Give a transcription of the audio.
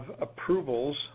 approvals